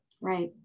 Right